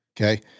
Okay